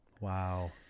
Wow